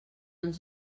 ens